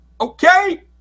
Okay